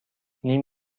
نیم